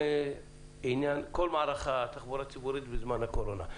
כל מערך התחבורה הציבורית בתקופת הקורונה.